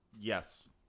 Yes